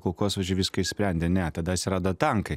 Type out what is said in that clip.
kulkosvaidžiai viską išsprendė ne tada atsirado tankai